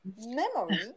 memory